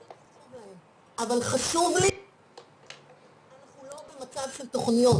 --- אבל חשוב לי --- אנחנו לא במצב של תוכניות,